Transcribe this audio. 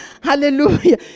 Hallelujah